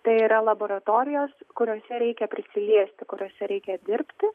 tai yra laboratorijos kuriose reikia prisiliesti kuriose reikia dirbti